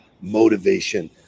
motivation